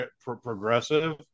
progressive